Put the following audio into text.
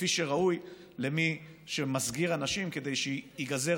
כפי שראוי למי שמסגיר אנשים כדי שייגזר